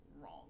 wrong